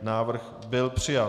Návrh byl přijat.